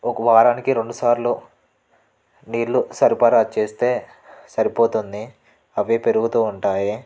ఒక వారానికి రెండుసార్లు నీళ్ళు సరఫరా చేస్తే సరిపోతుంది అవే పెరుగుతూ ఉంటాయి